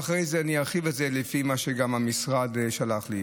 ואחרי זה אני ארחיב גם לפי מה שהמשרד שלח לי.